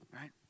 Right